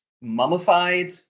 mummified